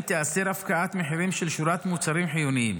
תיאסר הפקעת מחירים של שורת מוצרים חיוניים.